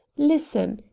listen!